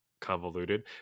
convoluted